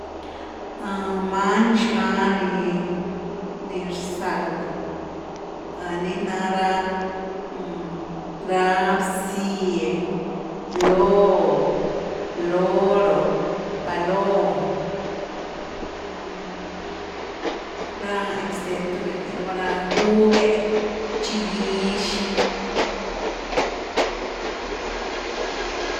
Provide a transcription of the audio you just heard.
Many zga ni nirza lovh, ni na ra-ra bzye, blóh, loro, palom, ra este tu ni rni raba ra, gúg’e, bchi-gýx.